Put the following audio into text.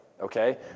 okay